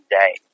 day